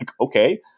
Okay